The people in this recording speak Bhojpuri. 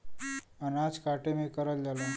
अनाज काटे में करल जाला